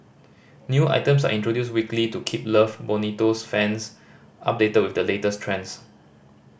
new items are introduced weekly to keep Love Bonito's fans updated with the latest trends